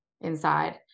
inside